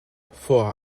vor